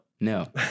No